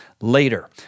later